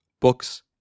books